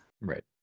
Right